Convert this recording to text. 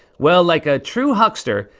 well, like a true huckster,